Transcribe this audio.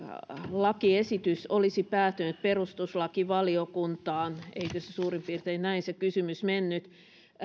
lakiesitys olisi päätynyt perustuslakivaliokuntaan eikö se kysymys suurin piirtein näin mennyt